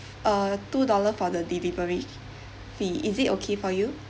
uh two dollar for the delivery fee is it okay for you